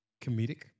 comedic